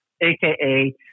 aka